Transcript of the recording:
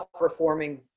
outperforming